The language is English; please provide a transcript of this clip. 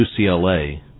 UCLA